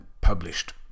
published